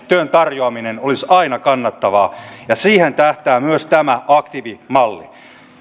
työn tarjoaminen olisi aina kannattavaa ja siihen tähtää myös tämä aktiivimalli